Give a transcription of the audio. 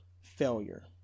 failure